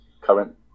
current